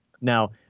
Now